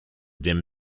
dim